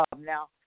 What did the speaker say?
now